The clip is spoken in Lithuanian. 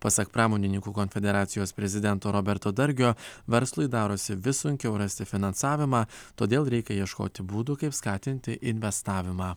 pasak pramonininkų konfederacijos prezidento roberto dargio verslui darosi vis sunkiau rasti finansavimą todėl reikia ieškoti būdų kaip skatinti investavimą